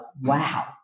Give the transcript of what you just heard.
wow